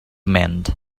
mend